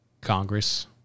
Congress